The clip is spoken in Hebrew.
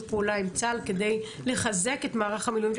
פעולה עם צה"ל כדי לחזק את מערך המילואים,